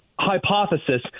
hypothesis